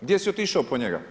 Gdje si otišao po njega?